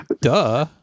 Duh